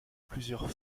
plusieurs